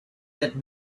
that